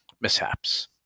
mishaps